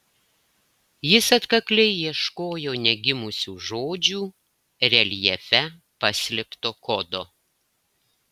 jis atkakliai ieškojo negimusių žodžių reljefe paslėpto kodo